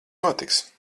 notiks